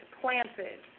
planted